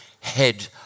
head